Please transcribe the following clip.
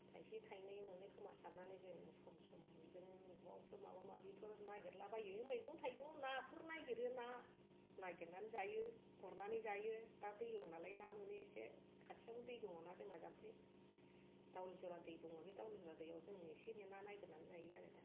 थायसे थायनै मोनोखोमा साननानै जों सम सम बिदिनो अबावबाफोर माबा माबिफोर नायगिरलाबायो मैगं थाइगं नाफोर नायगिरो ना नागिरनानै जायो गुरनानै जायो दा दैलां नालाय ना मोनो इसे खाथियावनो दै दङना जोंना जाम्फै दावलिजरा दै दङ बे दावलिजरा दैयाव जों इसे नेना नायगिरनानै जायो आरो दा